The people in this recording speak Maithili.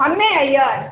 हमे अइयै